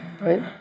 right